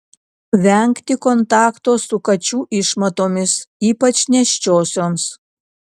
vengti kontakto su kačių išmatomis ypač nėščiosioms